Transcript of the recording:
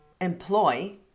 employ